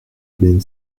being